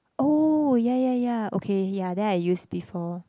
oh ya ya ya okay ya then I use before